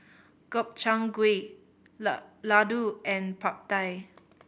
Gobchang Gui Ladoo and Pad Thai